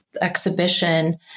exhibition